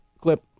clip